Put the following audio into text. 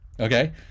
okay